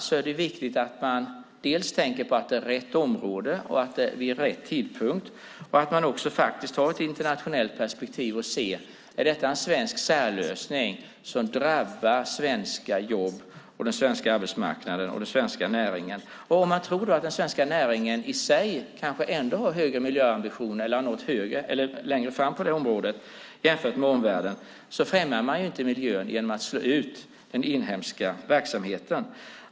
Det är viktigt att man tänker på att det är rätt område, vid rätt tidpunkt och att man också ser till ett internationellt perspektiv. Är detta en svensk särlösning som drabbar svenska jobb, den svenska arbetsmarknaden och den svenska näringen? Om man tror att den svenska näringen i sig kanske har högre miljöambitioner eller har nått längre fram på det området jämfört med omvärlden främjar man inte miljön genom att slå ut den inhemska verksamheten.